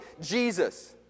Jesus